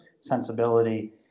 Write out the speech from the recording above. sensibility